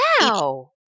Wow